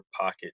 pocket